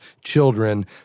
children